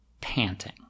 panting